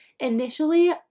Initially